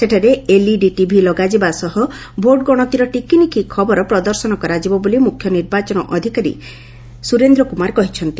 ସେଠାରେ LED TV ଲଗାଯିବା ସହ ଭୋଟ୍ ଗଣତିର ଟିକିନିଖି ଖବର ପ୍ରଦର୍ଶନ କରାଯିବ ବୋଲି ମୁଖ୍ୟ ନିର୍ବାଚନ ଅଧିକାରୀ ଶ୍ରୀ କୁମାର କହିଛନ୍ତି